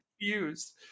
confused